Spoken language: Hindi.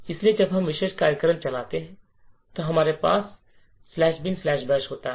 इसलिए जब यह विशेष कार्यक्रम चलता है तो हमारे पास बैश बिन बैश "binbash" होता है